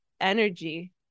energy